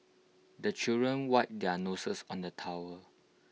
the children wipe their noses on the towel